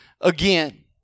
again